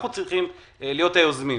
אנחנו צריכים להיות היוזמים,